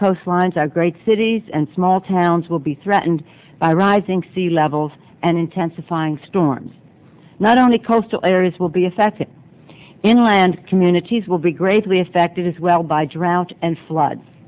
coastlines are great cities and small towns will be threatened by rising sea levels and intensifying storms not only coastal areas will be affected inland communities will be greatly affected as well by drought and floods